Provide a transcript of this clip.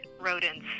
rodents